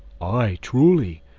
aye, truly.